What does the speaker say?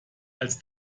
als